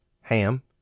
Ham